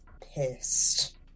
pissed